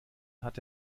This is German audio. hat